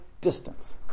distance